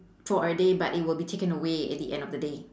for a day but it will be taken away at the end of the day